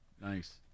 nice